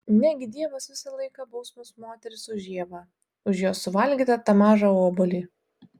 negi dievas visą laiką baus mus moteris už ievą už jos suvalgytą tą mažą obuolį